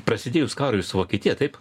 prasidėjus karui su vokietija taip